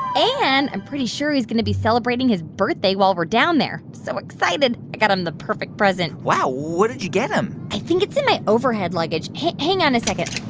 and i'm pretty sure he's going to be celebrating his birthday while we're down there. so excited. i got him the perfect present wow. what did you get him? i think it's in my overhead luggage. hang on a second.